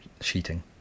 sheeting